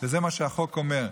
וזה מה שהחוק אומר,